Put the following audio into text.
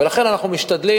ולכן אנחנו משתדלים,